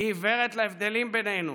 היא עיוורת להבדלים בינינו.